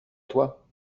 toi